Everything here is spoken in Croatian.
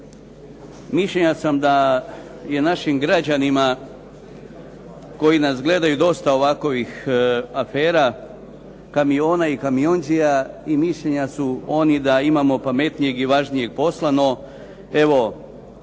Mišljenja sam da je našim građanima koji nas gledaju dosta u ovakvih afera "Kamiona" i kamiondžija i mišljenja su oni da imamo važnijeg i pametnijeg posla. No, evo